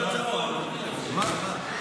יאללה, חמוד אתה, אדוני היושב-ראש, אין מה לעשות.